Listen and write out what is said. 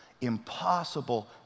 impossible